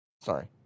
Sorry